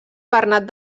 bernat